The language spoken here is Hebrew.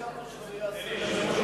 סיכמנו שזה יהיה בתיאום.